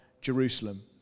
Jerusalem